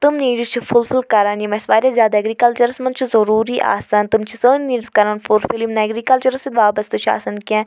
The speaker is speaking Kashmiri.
تِم نیٖڈٕس چھِ فُلفِل کران یم اسہِ واریاہ زیادٕ ایٚگرِکَلچَرَس مَنٛز چھِ ضروری آسان تِم چھِ سٲنۍ نیٖڈٕس کران فُلفِل یم نہٕ ایٚگرِکَلچَرَس سۭتۍ وابستہٕ چھِ آسان کیٚنٛہہ